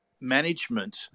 management